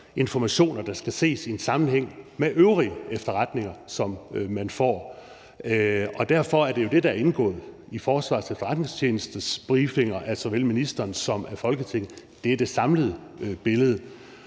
informationer, der skal ses i en sammenhæng med de øvrige efterretninger, som man får. Derfor er det jo det samlede billede, der er indgået i Forsvarets Efterretningstjenestes briefinger af såvel ministeren som Folketinget. Jeg er nødt til at anholde